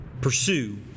Pursue